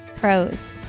pros